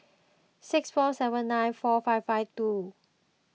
six four seven nine four five five two